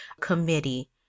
committee